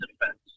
defense